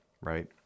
right